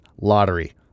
lottery